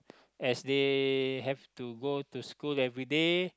as they have to go to school everyday